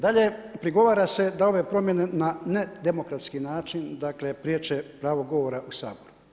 Dalje, prigovara se da ove promjene na nedemokratski način dakle priječe pravo govora u Saboru.